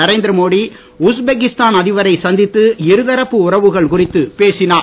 Narendra Modi Uzbekistan அதிபரை சந்தித்து இருதரப்பு உறவுகள் குறித்துப் பேசினார்